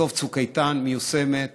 בסוף צוק איתן, מיושמת.